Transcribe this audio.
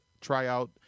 tryout